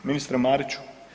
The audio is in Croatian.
Ministre Mariću?